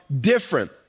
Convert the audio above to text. different